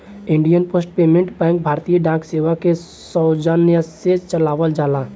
Indian post payment bank भारतीय डाक सेवा के सौजन्य से चलावल जाला